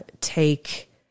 take